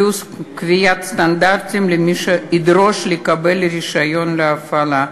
פלוס קביעת סטנדרטים למי שידרוש לקבל רישיון להפעלה.